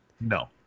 No